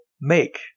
make